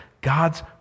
God's